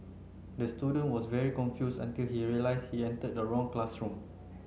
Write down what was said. the student was very confused until he realized he entered the wrong classroom